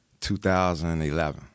2011